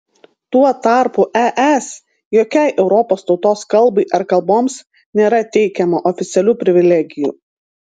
tuo tarpu es jokiai europos tautos kalbai ar kalboms nėra teikiama oficialių privilegijų